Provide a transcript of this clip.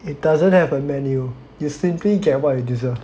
it doesn't have a menu you simply get what you deserve